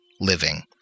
living